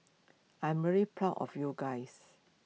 I'm really proud of you guys